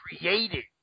created